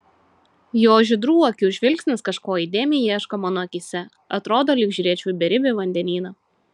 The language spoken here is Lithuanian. jo žydrų akių žvilgsnis kažko įdėmiai ieško mano akyse atrodo lyg žiūrėčiau į beribį vandenyną